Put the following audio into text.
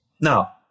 Now